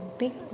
big